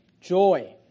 Joy